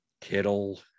Kittle